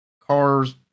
car's